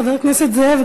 חבר הכנסת זאב,